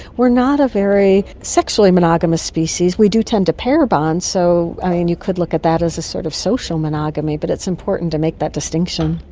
we are not a very sexually monogamous species. we do tend to pair bond, so you could look at that as a sort of social monogamy, but it's important to make that distinction.